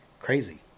crazy